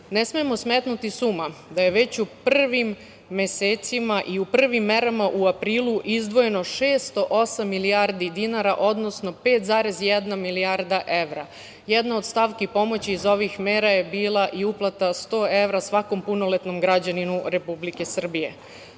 Ne smemo smetnuti sa uma da je već u prvim mesecima i u prvim merama u aprilu izdvojeno 608 milijardi dinara, odnosno 5,1 milijarda evra. Jedna od stavki pomoći iz ovih mera je bila i uplata 100 evra svakom punoletnom građaninu Republike